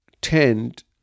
tend